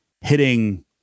hitting